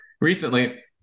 recently